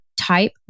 type